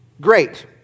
great